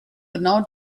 genau